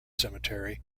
cemetery